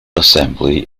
assembly